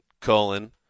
colon